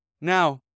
Now